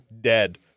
dead